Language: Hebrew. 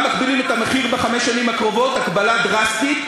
גם מגבילים את המחיר בחמש השנים הקרובות הגבלה דרסטית.